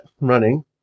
running